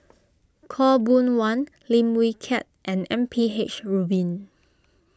Khaw Boon Wan Lim Wee Kiak and M P H Rubin